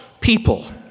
people